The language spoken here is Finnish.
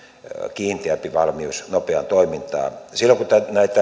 kiinteämpi valmius nopeaan toimintaan silloin kun